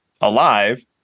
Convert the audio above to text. alive